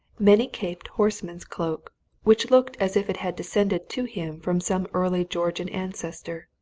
many-caped horseman's cloak which looked as if it had descended to him from some early georgian ancestor.